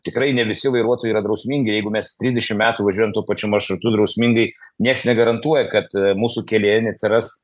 tikrai ne visi vairuotojai yra drausmingi jeigu mes trisdešimt metų važiuojanm tuo pačiu maršrutu drausmingai nieks negarantuoja kad mūsų kelyje neatsiras